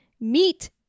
meet